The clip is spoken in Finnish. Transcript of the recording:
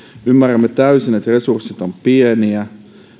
ymmärrämme täysin että resurssit ovat pieniä